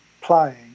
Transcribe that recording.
playing